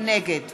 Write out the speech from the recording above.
נגד